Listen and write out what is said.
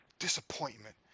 Disappointment